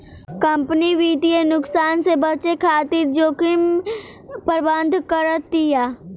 company वित्तीय नुकसान से बचे खातिर जोखिम प्रबंधन करतिया